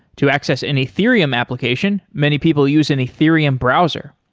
to access an ethereum application, many people use an ethereum browser.